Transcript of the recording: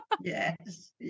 Yes